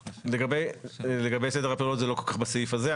לגבי סדר הפעולות, זה לא כל כך בסעיף הזה.